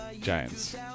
Giants